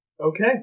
Okay